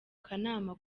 kanama